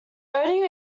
odie